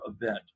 event